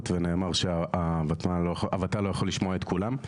ונאמר שהוות"ל לא יכול לשמוע את כולם.